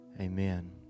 amen